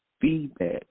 feedback